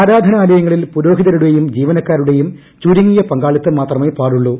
ആരാധനാലയങ്ങളിൽ പുരോഹിതരുടെയ്യുമുക് ജീവനക്കാരുടെയും ചുരുങ്ങിയ പങ്കാളിത്തം മാത്രമേ പാട്ടുള്ളൂ